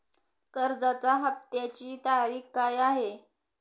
कर्जाचा हफ्त्याची तारीख काय आहे?